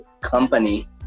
company